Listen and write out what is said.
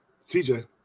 CJ